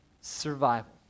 Survival